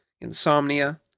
insomnia